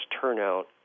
turnout